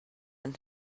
and